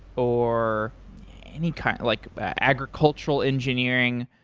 or any kind, like agricultural engineering.